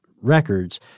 records